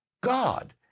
God